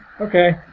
Okay